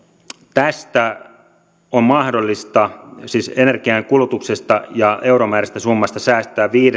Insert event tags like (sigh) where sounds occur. tästä on mahdollista siis energiankulutuksesta ja euromääräisestä summasta säästää viisi (unintelligible)